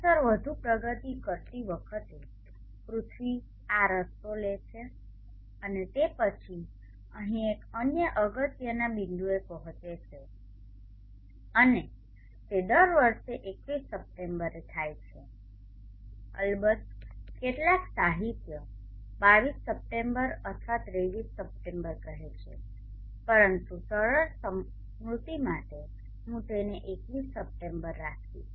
સમયસર વધુ પ્રગતિ કરતી વખતે પૃથ્વી આ રસ્તો લે છે અને તે પછી અહીં એક અન્ય અગત્યના બિંદુએ પહોંચે છે અને તે દર વર્ષે 21 સપ્ટેમ્બર થાય છે અલબત્ત કેટલાક સાહિત્ય 22 સપ્ટેમ્બર અથવા 23 સપ્ટેમ્બર કહે છે પરંતુ સરળ સ્મૃતિ માટે હું તેને 21 સપ્ટેમ્બર રાખીશ